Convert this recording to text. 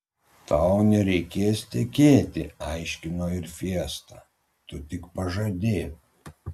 tau nereikės tekėti aiškino ir fiesta tu tik pažadėk